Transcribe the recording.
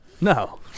No